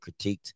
critiqued